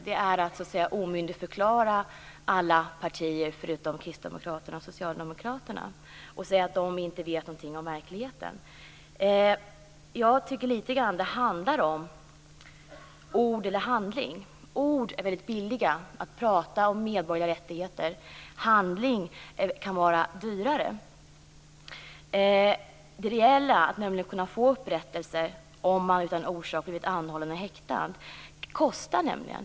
Det är att så att säga omyndigförklara alla partier utom Kristdemokraterna och Socialdemokraterna och säga att de inte vet någonting om verkligheten. Jag tycker litet grand att det handlar om ord eller handling. Ord är väldigt billiga. Det är billigt att prata om medborgerliga rättigheter. Handling kan vara dyrare. Det reella, att människor skall kunna få upprättelse om de utan orsak blivit anhållna eller häktade, kostar nämligen.